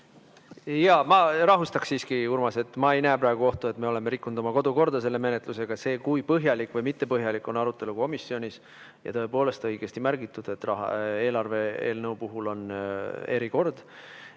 Ma rahustaks siiski, Urmas. Ma ei näe praegu ohtu, et me oleme rikkunud oma kodukorda selle menetlusega. See, kui põhjalik või mittepõhjalik on arutelu komisjonis – tõepoolest, õigesti märgitud, et eelarve eelnõu puhul on erikord